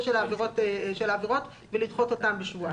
של העבירות ולדחות אותן בשבועיים.